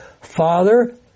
Father